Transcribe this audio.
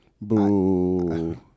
Boo